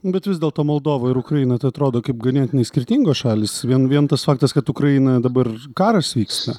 bet vis dėlto moldova ir ukraina tai atrodo kaip ganėtinai skirtingos šalys vien vien tas faktas kad ukrainoje dabar karas vyksta